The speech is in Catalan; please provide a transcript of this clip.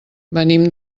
venim